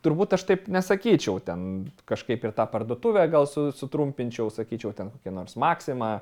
turbūt aš taip nesakyčiau ten kažkaip ir tą parduotuvę gal su sutrumpinčiau sakyčiau ten kokia nors maxima